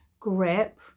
grip